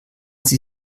sie